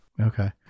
Okay